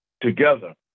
together